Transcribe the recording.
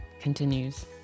continues